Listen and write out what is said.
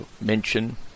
mention